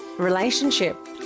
relationship